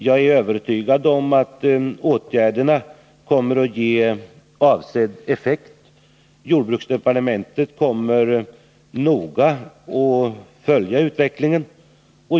Jag är övertygad om att åtgärderna kommer att ge avsedd effekt. Jordbruksdepartementet kommer att noga följa utvecklingen.